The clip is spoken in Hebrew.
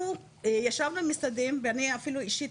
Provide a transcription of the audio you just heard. אנחנו ישבנו עם משרדים ואני אפילו אישית